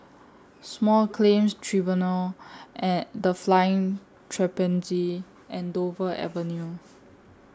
Small Claims Tribunals and The Flying Trapeze and Dover Avenue